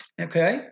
Okay